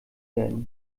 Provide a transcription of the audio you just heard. werden